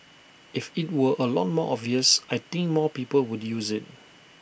if IT were A lot more obvious I think more people would use IT